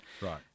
right